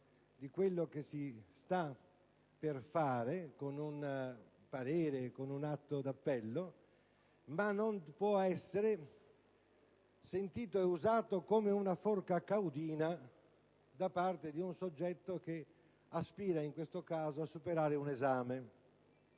di quello che si sta per fare, con un parere o con un atto di appello, ma non può essere sentito e usato come una forca caudina da parte di un soggetto che aspira, in questo caso, a superare un esame.